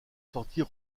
sortir